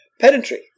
Pedantry